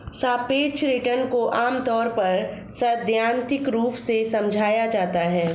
सापेक्ष रिटर्न को आमतौर पर सैद्धान्तिक रूप से समझाया जाता है